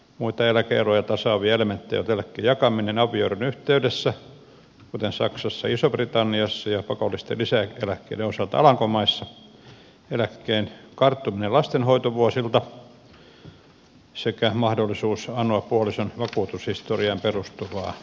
muita eläke eroja tasaavia elementtejä ovat eläkkeen jakaminen avioeron yhteydessä kuten saksassa ja isossa britanniassa ja pakollisten lisäeläkkeiden osalta alankomaissa eläkkeen karttuminen lastenhoitovuosilta sekä mahdollisuus anoa puolison vakuutushistoriaan perustuvaa eläkettä